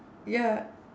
ya